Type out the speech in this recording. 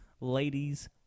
Ladies